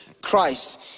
Christ